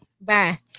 Bye